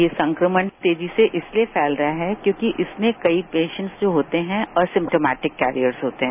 यह संक्रमण तेजी से इसलिए फैल रहा है क्योंकि इसमें कई पेशेंट्स जो होते हैं और सिम्पटोमैटिक कैरियर्स होते हैं